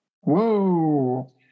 Whoa